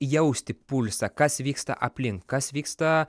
jausti pulsą kas vyksta aplink kas vyksta